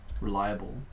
reliable